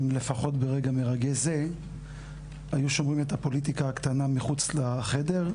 אם לפחות ברגע מרגש זה היו שומרים את הפוליטיקה הקטנה מחוץ לחדר,